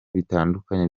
bitandukanye